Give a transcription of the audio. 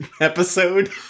episode